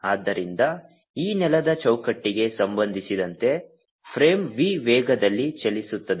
ಆದ್ದರಿಂದ ಈ ನೆಲದ ಚೌಕಟ್ಟಿಗೆ ಸಂಬಂಧಿಸಿದಂತೆ ಫ್ರೇಮ್ v ವೇಗದಲ್ಲಿ ಚಲಿಸುತ್ತದೆ